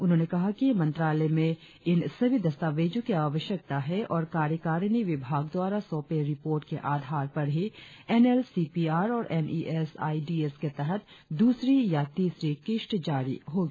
उन्होंने कहा कि मंत्रालय में इन सभी दस्तावेजो की आवश्यकता है और कार्यकारिणी विभाग द्वारा सौंपे रिपोर्ट के आधार पर ही N L C P R और N E S I D S के तहत दूसरी या तीसरी किश्त जारी होगी